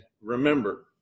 remember